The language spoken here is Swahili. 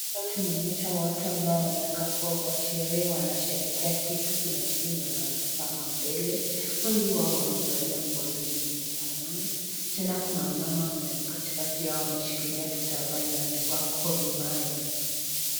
Hapa tumeonyesha watu ambao wanakaa kuwa kwa sherehe. Wanasherehekea kitu, kuna kitu yenye wanatasama mbele. Wengi wao wamevalia nguo zenye zimefanana. Tena kuna mama katikati yao ameshikilia kitambaa imeandikwa Gormahia.